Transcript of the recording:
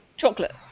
chocolate